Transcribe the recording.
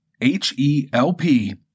H-E-L-P